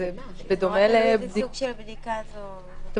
גם